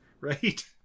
right